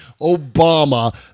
Obama